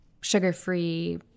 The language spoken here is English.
sugar-free